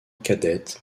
cadette